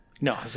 No